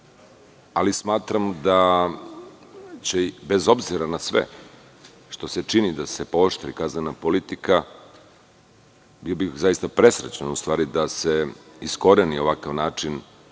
ali smatram da će i bez obzira na sve što se čini da se pooštri kaznena politika, bili bi presrećni da se iskoreni ovakav način